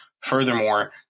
Furthermore